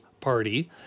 Party